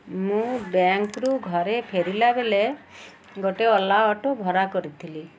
ମୁଁ ବ୍ୟାଙ୍କରୁ ଘରେ ଫେରିଲାବେଳେ ଗୋଟେ ଓଲା ଅଟୋ ଭଡ଼ା କରିଥିଲି